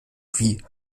wie